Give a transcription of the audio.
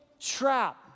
trap